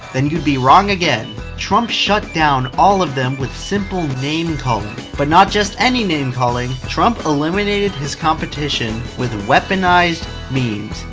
then you'd be wrong again. trump shut down all of them with simple name-calling. but not just any name-calling. trump eliminated his competition with weaponized memes.